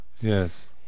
yes